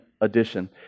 edition